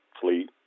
fleet